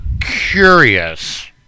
curious